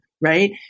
right